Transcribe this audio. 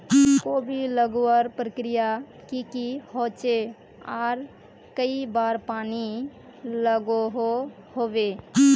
कोबी लगवार प्रक्रिया की की होचे आर कई बार पानी लागोहो होबे?